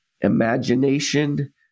imagination